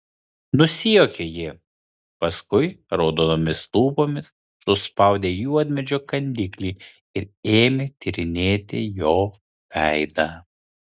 nusijuokė ji paskui raudonomis lūpomis suspaudė juodmedžio kandiklį ir ėmė tyrinėti jo veidą